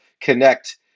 connect